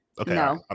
Okay